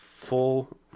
full